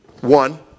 One